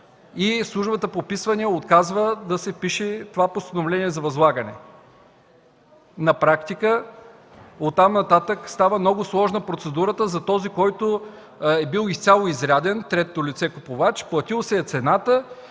и Службата по вписванията отказва да впише това постановление за възлагане. На практика процедурата става много сложа за този, който е бил изцяло изряден – третото лице купувач, платил си е цената